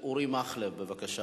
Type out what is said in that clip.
בקיצור,